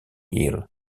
hill